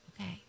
Okay